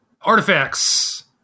Artifacts